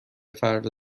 فردا